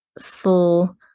full